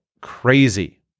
crazy